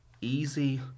easy